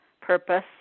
purpose